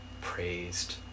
praised